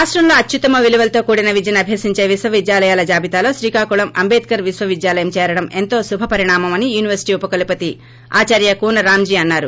రాష్టంలో అత్యుత్తమ విలువలతో కూడిన విద్యను అభ్యసించే విశ్వవిద్యాలయాల జాబితాలో శ్రీకాకుళం ల్లాల్లో విశ్వవిద్యాలయం చేరడం ఎంతో శుభ పరిణామం అని యూనివర్పిటీ ఉపకులపతి ఆదార్భ కూన రాంజీ అన్నారు